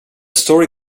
story